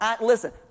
listen